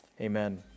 Amen